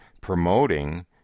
promoting